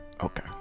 Okay